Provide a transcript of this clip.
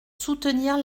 soutenir